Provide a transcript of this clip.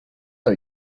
are